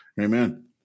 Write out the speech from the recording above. Amen